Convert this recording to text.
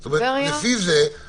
שזה עוד שבוע לפני שעשו את הסגר,